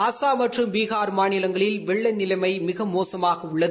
அஸ்ஸாம் மற்றும் பீகார் மாநிவங்களில் வெள்ள நிலைமை மிக மோசமாக உள்ளது